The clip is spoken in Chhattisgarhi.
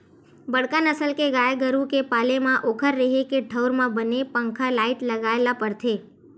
बड़का नसल के गाय गरू के पाले म ओखर रेहे के ठउर म बने पंखा, लाईट लगाए ल परथे